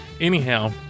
anyhow